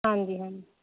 ਹਾਂਜੀ ਹਾਂਜੀ